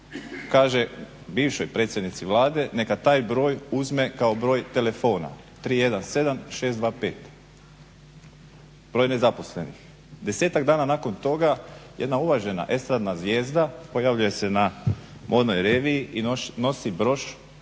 kaže bivšoj predsjednici Vlade neka taj broj uzme kao broj telefona, 317625, broj nezaposlenih. Desetak dana nakon toga, jedna uvažena estradna zvijezda pojavljuje se na modnoj reviji i nosi broš